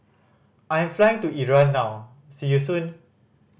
I am flying to Iran now see you soon